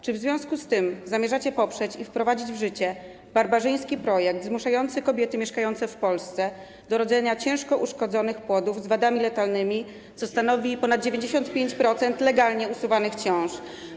Czy w związku z tym zamierzacie poprzeć i wprowadzić w życie barbarzyński projekt zmuszający kobiety mieszkające w Polsce do rodzenia ciężko uszkodzonych płodów z wadami letalnymi, co stanowi ponad 95% legalnie usuwanych ciąż?